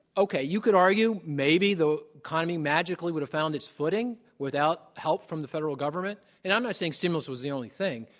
okay, you could argue maybe the economy magically would have found its footing without help from the federal government. and i'm not saying stimulus was the only thing.